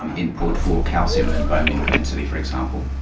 um input for calcium and bone mineral density, for example.